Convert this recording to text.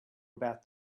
about